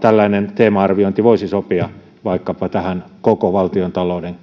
tällainen teema arviointi voisi sopia vaikkapa tähän koko valtiontalouden